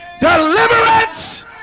deliverance